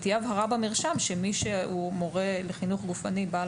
ותהיה הבהרה במרשם שמי שהוא מורה לחינוך גופני בעל